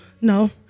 No